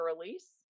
release